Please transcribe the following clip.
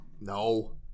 no